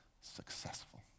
successful